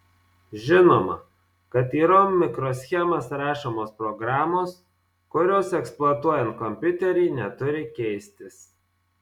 žinoma kad į rom mikroschemas rašomos programos kurios eksploatuojant kompiuterį neturi keistis